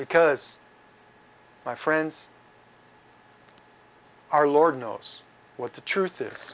because my friends our lord knows what the truth is